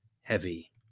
Heavy